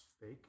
fake